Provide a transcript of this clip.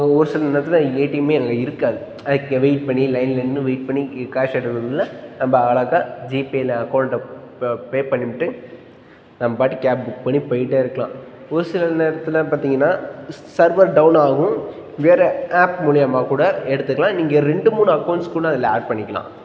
ஒரு சில நேரத்தில் ஏடிஎம்மே அங்கே இருக்காது அங்கே வெயிட் பண்ணி லைனில் நின்று வெயிட் பண்ணி இது காசு எடுக்கிறதுக்குள்ள நம்ம அழகா ஜிபேயில் அக்கௌண்ட்டை இப்போ பே பண்ணிவிட்டு நம்ம பாட்டு கேப் புக் பண்ணி போய்கிட்டே இருக்கலாம் ஒரு சில நேரத்தில் பார்த்தீங்கன்னா சர்வர் டௌன்னாகும் வேறு ஆப் மூலயமா கூட எடுத்துக்கலாம் நீங்கள் ரெண்டு மூணு அக்கௌண்ட்ஸ் கூட அதில் ஆட் பண்ணிக்கலாம்